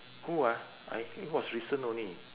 who ah I think was recent only